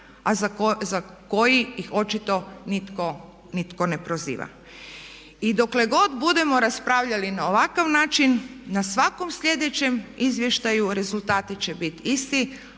a za koji ih očito nitko, nitko ne proziva? I dokle god budemo raspravljali na ovakav način na svakom sljedećem izvještaju rezultati će biti isti